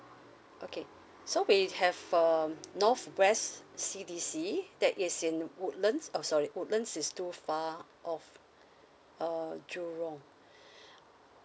okay so we have um northwest C_D_C that is in woodlands oh sorry woodlands is too far off uh jurong